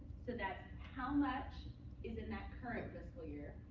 so that's how much is in that current fiscal year.